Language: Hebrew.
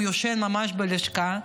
הוא ישן ממש בלשכה.